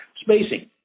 spacing